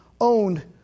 owned